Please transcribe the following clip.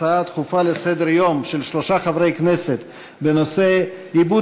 הצעה דחופה לסדר-היום של שלושה חברי כנסת בנושא: איבוד